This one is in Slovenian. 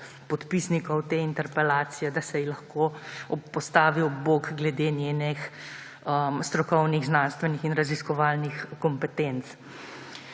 podpisnikov te interpelacije lahko postavi ob bok glede njenih strokovnih, znanstvenih in raziskovalnih kompetenc.